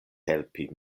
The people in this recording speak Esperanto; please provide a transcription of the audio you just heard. helpi